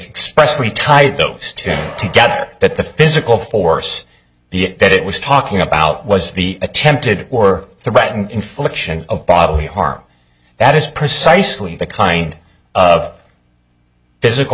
expressly tied those two together that the physical force the that it was talking about was the attempted or threatened infliction of bodily harm that is precisely the kind of physical